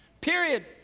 Period